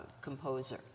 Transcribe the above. composer